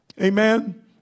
Amen